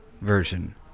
version